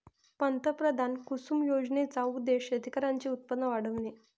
पंतप्रधान कुसुम योजनेचा उद्देश शेतकऱ्यांचे उत्पन्न वाढविणे